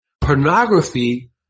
Pornography